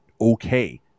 okay